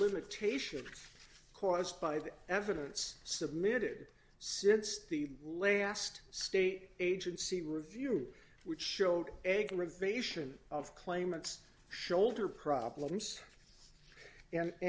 limitations caused by the evidence submitted since the last state agency review which showed egnor a vacation of claimants shoulder problems